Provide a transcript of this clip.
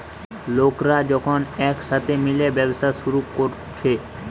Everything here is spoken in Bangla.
লোকরা যখন একসাথে মিলে ব্যবসা শুরু কোরছে